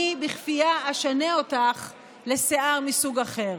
אני בכפייה אשנה אותך לשיער מסוג אחר.